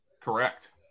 Correct